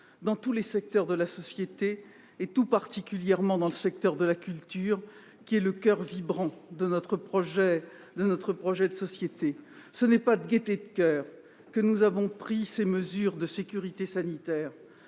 dans tous les domaines et tout particulièrement dans le secteur de la culture, qui est le coeur vibrant de notre projet de société. Ce n'est pas de gaieté de coeur que nous avons adopté ces mesures de sécurité sanitaire.